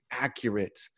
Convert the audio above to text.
accurate